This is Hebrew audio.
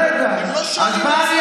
הם לא שם בגלל זה, רגע, אז מה אני עניתי?